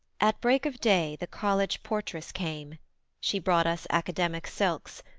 at break of day the college portress came she brought us academic silks,